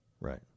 Right